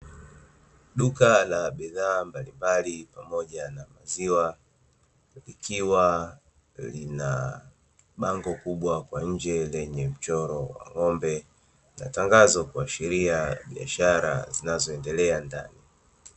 Duka la bidhaaa mbalimbali pamoja na maziwa, likiwa lina bango kubwa kwa nje lenye mchoro wa ng’ombe na tangazo, kuashiria biashara zinazoendelea ndani.